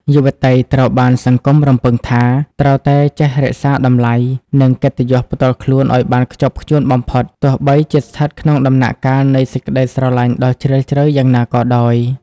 យុវតីត្រូវបានសង្គមរំពឹងថា ត្រូវតែចេះរក្សាតម្លៃ និងកិត្តិយសផ្ទាល់ខ្លួនឱ្យបានខ្ជាប់ខ្ជួនបំផុត ទោះបីជាស្ថិតក្នុងដំណាក់កាលនៃសេចក្ដីស្រឡាញ់ដ៏ជ្រាលជ្រៅយ៉ាងណាក៏ដោយ។